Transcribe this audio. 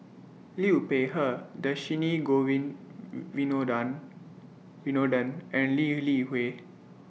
Liu Peihe Dhershini Govin Winodan Winoden and Lee Li Hui